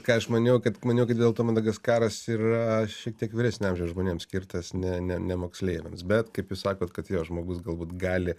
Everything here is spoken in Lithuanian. ką aš maniau kad maniau kad dėl to madagaskaras yra šiek tiek vyresnio amžiaus žmonėm skirtas ne ne ne moksleiviams bet kaip jūs sakot kad jo žmogus galbūt gali